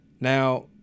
Now